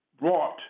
brought